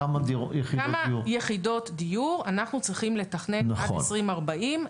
כמה יחידות דיור אנחנו צריכים לתכנן עד 2040,